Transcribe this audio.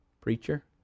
preacher